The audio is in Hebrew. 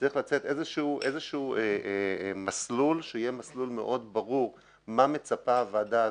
צריך לצאת איזשהו מסלול שיהיה מסלול מאוד ברור מה מצפה הוועדה הזאת,